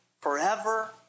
Forever